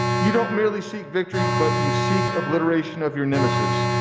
you don't merely seek victory, but you seek obliteration of your nemesis.